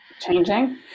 Changing